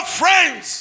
friends